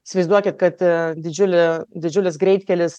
įsivaizduokit kad didžiulė didžiulis greitkelis